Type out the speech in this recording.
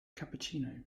cappuccino